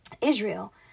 israel